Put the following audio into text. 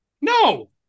No